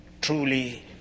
truly